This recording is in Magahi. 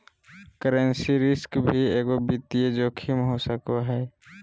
करेंसी रिस्क भी एगो वित्तीय जोखिम हो सको हय